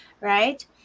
right